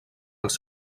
els